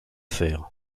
fer